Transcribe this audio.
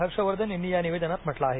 हर्ष वर्धन यांनी या निवेदनात म्हटलं आहे